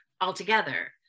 altogether